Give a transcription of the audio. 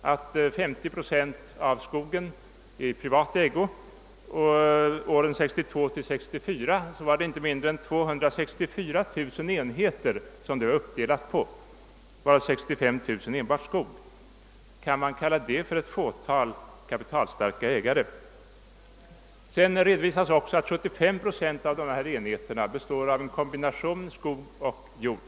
att 50 procent av skogen är i privat ägo och att denna del under åren 1962—1964 var uppdelad på inte mindre än 264 000 enheter, av vilka 65 000 omfattade enbart skog. Kan man då tala om ett fåtal kapitalstarka ägare? Sedan redovisas också att 75 procent av enheterna består av en kombination av skog och jord.